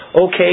okay